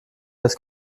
das